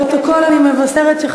אפשר להוסיף אותי לפרוטוקול בבקשה, בעד?